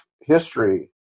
history